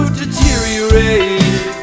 deteriorate